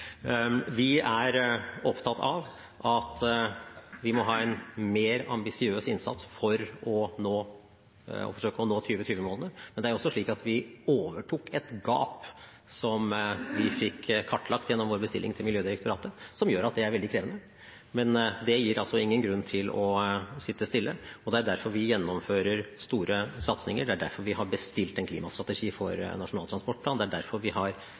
Vi er opptatt av at vi må ha en mer ambisiøs innsats for å forsøke å nå 2020-målene, men det er også slik at vi overtok et gap som vi fikk kartlagt gjennom vår bestilling til Miljødirektoratet, som gjør at det er veldig krevende. Men det gir altså ingen grunn til å sitte stille. Det er derfor vi gjennomfører store satsinger, det er derfor vi har bestilt en klimastrategi for nasjonal transportplan, det er derfor vi har